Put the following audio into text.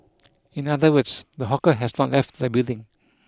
in other words the hawker has not left the building